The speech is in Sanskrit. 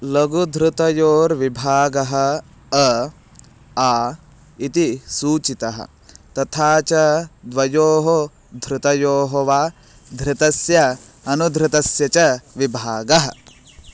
लघुधृतयोर्विभागः अ आ इति सूचितः तथा च द्वयोः धृतयोः वा धृतस्य अनुधृतस्य च विभागः